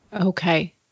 Okay